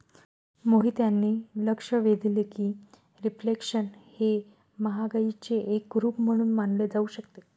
मोहित यांनी लक्ष वेधले की रिफ्लेशन हे महागाईचे एक रूप म्हणून मानले जाऊ शकते